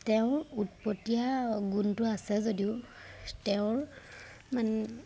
তেওঁৰ উৎপতীয়া গুণটো আছে যদিও তেওঁৰ মানে